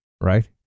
right